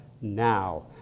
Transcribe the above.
now